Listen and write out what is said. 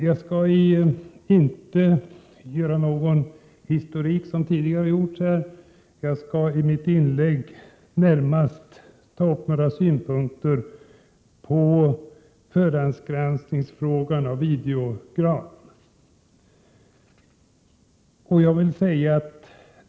Jag skall i mitt inlägg inte göra någon historik, som tidigare har gjorts här, utan närmast ta upp några synpunkter på frågan om förhandsgranskning av videogram. Övriga frågor kommer tredje vice talman Bertil Fiskesjö att beröra.